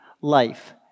life